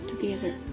together